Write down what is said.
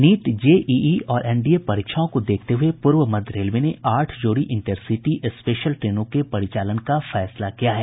NEET JEE और NDA परीक्षाओं को देखते हुए पूर्व मध्य रेलवे ने आठ जोड़ी इंटरसिटी स्पेशल ट्रेनों के परिचालन का फैसला किया है